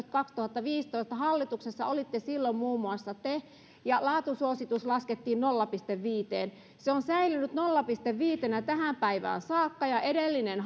kaksituhattaviisitoista hallituksessa olitte silloin muun muassa te ja laatusuositus laskettiin nolla pilkku viiteen se on säilynyt nolla pilkku viitenä tähän päivään saakka ja edellinen